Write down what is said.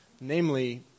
Namely